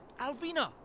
Alvina